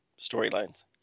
storylines